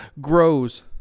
grows